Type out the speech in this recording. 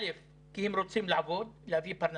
א', כי הם רוצים לעבוד, להביא פרנסה,